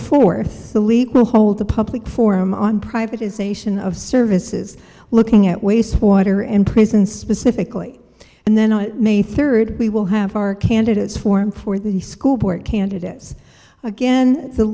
fourth the league will hold a public forum on privatization of services looking at waste water and prison specifically and then on may third we will have our candidates form for the school board candidus again the